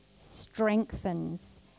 strengthens